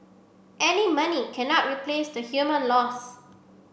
any money cannot replace the human loss